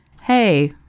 hey